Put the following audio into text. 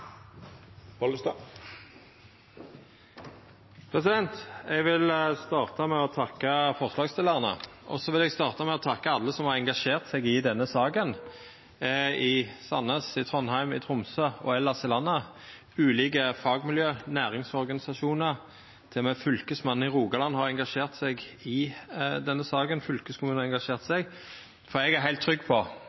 videreutvikles. Eg vil starta med å takka forslagsstillarane og alle som har engasjert seg i denne saka – i Sandnes, i Trondheim, i Tromsø og elles i landet. Ulike fagmiljø, næringsorganisasjonar og til og med Fylkesmannen i Rogaland har engasjert seg i denne saka, og det same har fylkeskommunen. Eg er heilt trygg på